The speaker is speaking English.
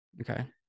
okay